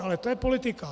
Ale to je politika.